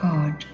God